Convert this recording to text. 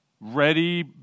ready